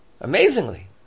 Amazingly